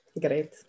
Great